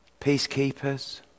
peacekeepers